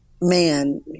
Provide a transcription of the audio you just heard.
man